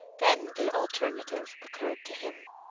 then the alternative occurred to him.